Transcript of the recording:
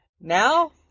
Now